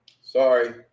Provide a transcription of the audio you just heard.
Sorry